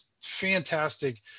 fantastic